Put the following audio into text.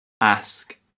ask